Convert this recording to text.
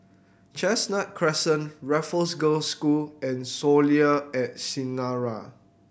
Chestnut Crescent Raffles Girls' School and Soleil at Sinaran